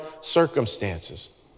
circumstances